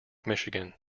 michigan